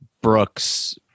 Brooks